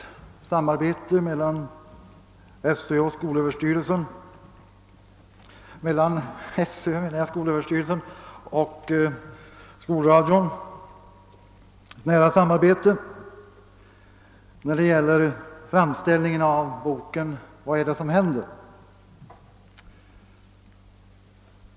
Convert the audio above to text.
nära samarbete mellan skolöverstyrelsen och skolradion om framställningen av boken »Vad är det som händer?».